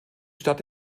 stadt